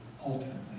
Ultimately